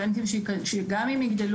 גם אם יגדל